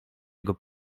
jego